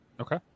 Okay